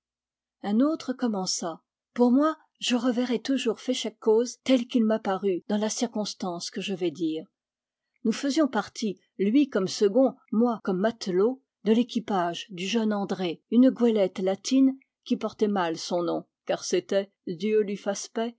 un autre commença pour moi je reverrai toujours féchec coz tel qu'il m'apparut dans la circonstance que je vais dire nous faisions partie lui comme second moi comme matelot de l'équipage du jeune andré une goélette latine qui portait mal son nom car c'était dieu lui fasse paix